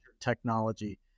technology